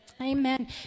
amen